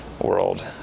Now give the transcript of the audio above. world